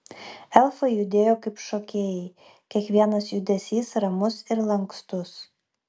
elfai judėjo kaip šokėjai kiekvienas judesys ramus ir lankstus